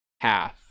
Half